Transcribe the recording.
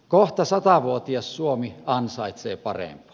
kohta satavuotias suomi ansaitsee parempaa